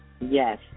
Yes